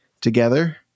together